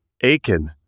Aiken